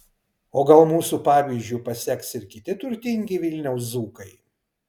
o gal mūsų pavyzdžiu paseks ir kiti turtingi vilniaus dzūkai